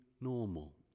normal